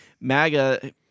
MAGA